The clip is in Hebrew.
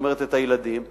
כלומר הילדים.